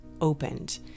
opened